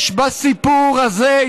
יש בסיפור הזה,